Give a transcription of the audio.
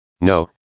No